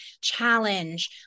challenge